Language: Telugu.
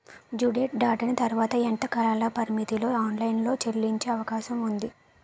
డ్యూ డేట్ దాటిన తర్వాత ఎంత కాలపరిమితిలో ఆన్ లైన్ లో చెల్లించే అవకాశం వుంది?